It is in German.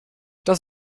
das